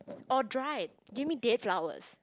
or dried give me dead flowers